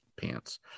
pants